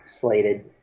slated